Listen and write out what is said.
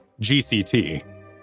GCT